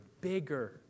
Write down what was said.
bigger